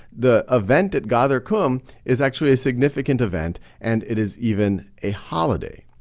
the event at ghadir khumm is actually a significant event and it is even a holiday.